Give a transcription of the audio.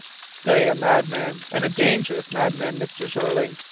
say a madman, and a dangerous madman, mr. jeorling.